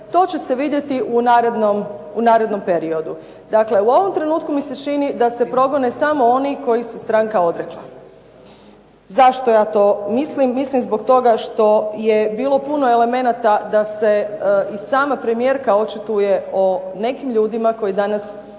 to će se vidjeti u narednom periodu. Dakle, u ovom trenutku mi se čini da se progone samo oni kojih se stranka odrekla. Zašto ja to mislim? Mislim zbog toga što je bilo puno elemenata da se i sama premijerka očituje o nekim ljudima koji danas